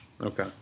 Okay